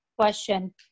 question